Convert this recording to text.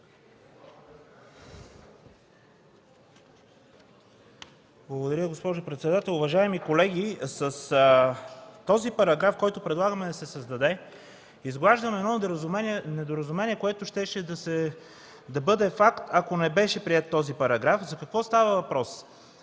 Благодаря, госпожо председател. Уважаеми колеги, с този параграф, който предлагаме да се създаде, изглаждаме едно недоразумение, което щеше да бъде факт, ако не беше приет този параграф. За какво става въпрос?